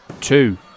two